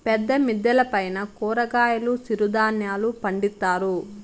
పెద్ద మిద్దెల పైన కూరగాయలు సిరుధాన్యాలు పండిత్తారు